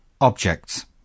objects